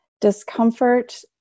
Discomfort